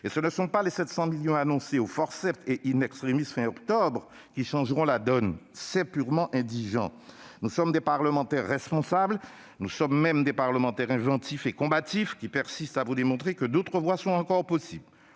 Et ce ne sont pas les 700 millions d'euros annoncés au forceps et fin octobre qui changeront la donne. C'est purement indigent ! Nous sommes des parlementaires responsables. Nous sommes même des parlementaires inventifs et combatifs, qui persistons à vous démontrer que d'autres voies sont encore possibles.